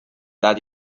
that